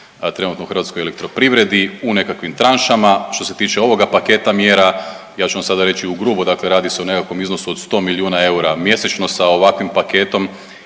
trenutno HEP-u u nekakvim tranšama. Što se tiče ovoga paketa mjera, ja ću vam sada reći u grubo dakle radi se o nekakvom iznosu od 100 milijuna eura mjesečno sa ovakvim paketom